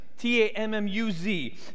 T-A-M-M-U-Z